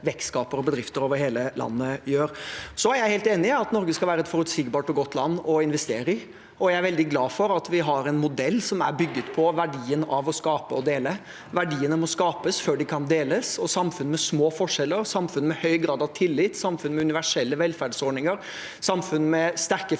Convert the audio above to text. vekstskapere og bedrifter over hele landet gjør. Jeg er helt enig i at Norge skal være et forutsigbart og godt land å investere i, og jeg er veldig glad for at vi har en modell som er bygget på verdien av å skape og dele. Verdiene må skapes før de kan deles. Samfunn med små forskjeller, samfunn med høy grad av tillit, samfunn med universelle velferdsordninger og samfunn med